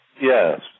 Yes